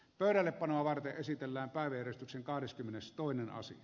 pöydällepanoa varten esitellään parveke kipsin kahdeskymmenestoinen asia